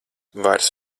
vairs